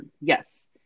Yes